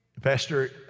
Pastor